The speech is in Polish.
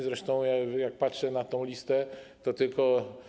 Zresztą jak patrzę na tę listę, to tylko.